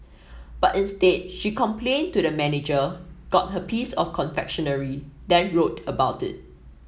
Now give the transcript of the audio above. but instead she complained to the manager got her piece of confectionery then wrote about it